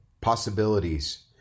possibilities